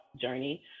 journey